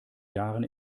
jahren